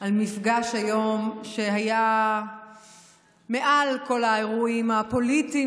על מפגש היום שהיה מעל כל האירועים הפוליטיים